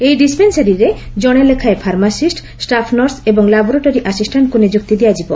ଏହି ଡିସ୍ପେନ୍ସାରୀରେ କଣେ ଲେଖାଏଁ ଫାର୍ମାସିଷ୍ ଷ୍ଟାଫ୍ନର୍ସ ଏବଂ ଲାବୋରେଟୋରୀ ଆସିଷ୍ଟାଣ୍୍୍ଙ୍ଙ୍ ନିଯୁକ୍ତି ଦିଆଯିବ